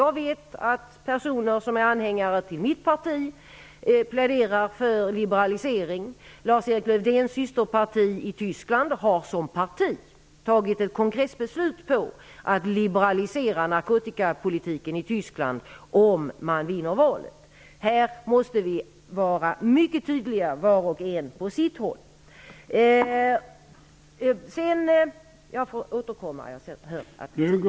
Jag vet att personer som är anhängare till mitt parti pläderar för en liberalisering på narkotikans område, och Lars Erik Lövdéns systerparti i Tyskland har som parti fattat ett kongressbeslut om att liberalisera narkotikapolitiken i Tyskland om man vinner valet. Vi måste nu var och en på sitt håll vara mycket tydliga.